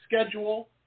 schedule